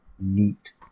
Neat